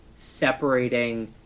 separating